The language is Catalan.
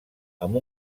amb